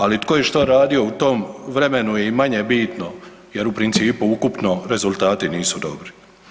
Ali tko je što radio u tom vremenu je i manje bitno jer u principu ukupno rezultati nisu dobri.